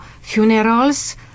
funerals